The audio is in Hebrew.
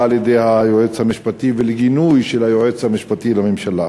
על-ידי היועץ המשפטי ולגינוי של היועץ המשפטי לממשלה.